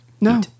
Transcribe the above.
No